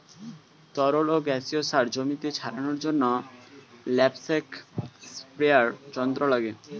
তরল ও গ্যাসীয় সার জমিতে ছড়ানোর জন্য ন্যাপস্যাক স্প্রেয়ার যন্ত্র লাগে